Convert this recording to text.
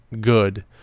good